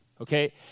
Okay